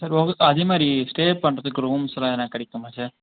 sir உங்கள் அதே மாதிரி ஸ்டே பண்றதுக்கு ரூம்ஸ்லாம் எதனா கிடைக்குமா சார்